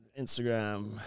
Instagram